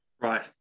Right